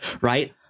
right